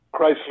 Chrysler